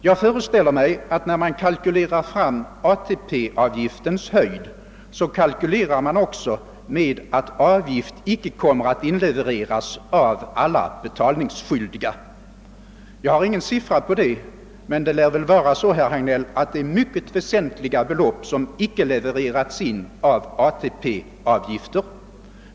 Men när man nu kalkylerar fram ATP-avgiftens höjd, föreställer jag mig att man på samma vis räknar med att avgifter icke kommer att inlevereras av alla betalningsskyldiga. Jag har inga preciserade uppgifter, men det lär väl vara så, herr Hagnell, att det är mycket väsentliga belopp av ATP-avgifter som icke inlevereras.